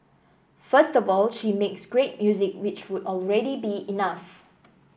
first of all she makes great music which would already be enough